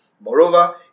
Moreover